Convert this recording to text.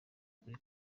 kuri